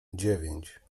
dziewięć